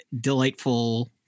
delightful